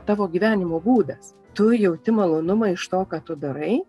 tavo gyvenimo būdas tu jauti malonumą iš to ką tu darai